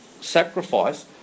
sacrifice